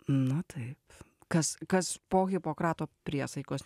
na taip kas kas po hipokrato priesaikos